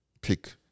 pick